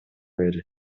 мэри